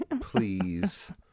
Please